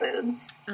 Foods